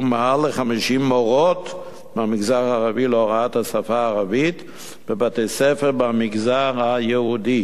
מעל 50 מורות מהמגזר הערבי להוראת השפה הערבית בבתי-ספר מהמגזר היהודי.